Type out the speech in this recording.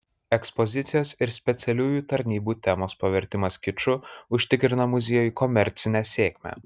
ekspozicijos ir specialiųjų tarnybų temos pavertimas kiču užtikrina muziejui komercinę sėkmę